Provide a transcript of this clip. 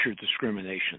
discrimination